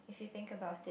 if you think about it